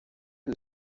who